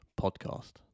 podcast